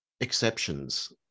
exceptions